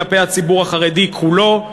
כלפי הציבור החרדי כולו.